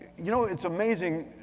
you know, it's amazing,